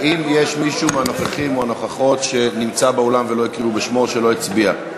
האם יש מישהו בנוכחים או בנוכחות באולם שלא הקריאו את שמו או שלא הצביע?